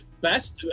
best